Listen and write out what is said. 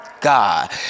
God